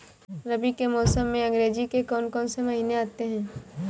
रबी के मौसम में अंग्रेज़ी के कौन कौनसे महीने आते हैं?